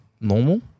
normal